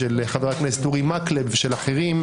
של חבר הכנסת אורי מקלב ושל אחרים,